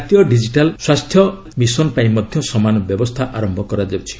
ଜାତୀୟ ଡିକିଟାଲ୍ ସ୍ୱାସ୍ଥ୍ୟ ମିଶନ୍ ପାଇଁ ମଧ୍ୟ ସମାନ ବ୍ୟବସ୍ଥା ଆରମ୍ଭ କରାଯାଉଛି